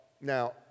Now